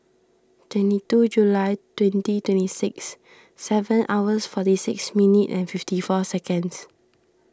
twenty two July twenty twenty six seven hours forty six minute and fifty four seconds